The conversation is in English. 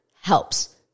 helps